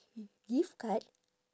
a gift card